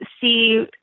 see